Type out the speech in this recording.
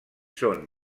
són